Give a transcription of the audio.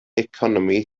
economi